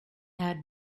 had